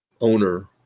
owner